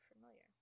familiar